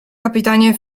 kapitanie